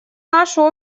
нашу